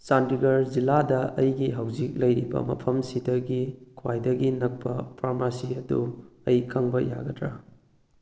ꯆꯥꯟꯗꯤꯒꯔ ꯖꯤꯂꯥꯗ ꯑꯩꯒꯤ ꯍꯧꯖꯤꯛ ꯂꯩꯔꯤꯕ ꯃꯐꯝꯁꯤꯗꯒꯤ ꯈ꯭ꯋꯥꯏꯗꯒꯤ ꯅꯛꯄ ꯐ꯭ꯔꯥꯃꯥꯁꯤ ꯑꯗꯨ ꯑꯩ ꯈꯪꯕ ꯌꯥꯒꯗ꯭ꯔꯥ